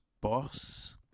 boss